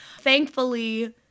Thankfully